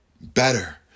better